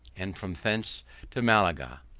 and from thence to malaga,